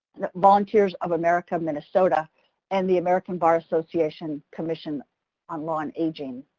volunteers of america, minnesota and the american bar association commission on law and aging.